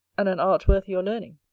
and an art worth your learning.